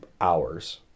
hours